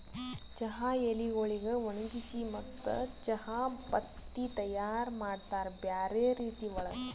ಚಹಾ ಎಲಿಗೊಳಿಗ್ ಒಣಗಿಸಿ ಮತ್ತ ಚಹಾ ಪತ್ತಿ ತೈಯಾರ್ ಮಾಡ್ತಾರ್ ಬ್ಯಾರೆ ರೀತಿ ಒಳಗ್